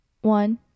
one